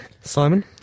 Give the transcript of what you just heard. Simon